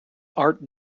art